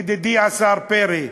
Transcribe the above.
ידידי השר פרי,